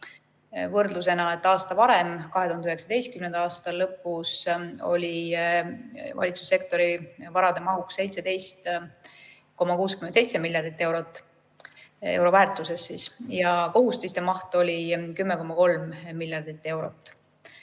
Võrdlusena, et aasta varem, 2019. aasta lõpus oli valitsussektori varade maht 17,67 miljardi euro väärtuses ja kohustiste maht oli 10,3 miljardit eurot.